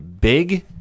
big